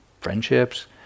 Friendships